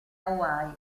hawaii